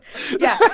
yeah.